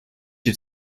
die